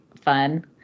fun